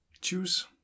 Choose